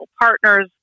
partners